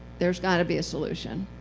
there's got to be a solution.